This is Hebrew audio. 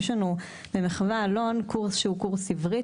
יש לנו במחו"ה אלון קורס שהוא קורס עברית,